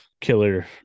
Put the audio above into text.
killer